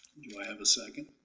do i have a second?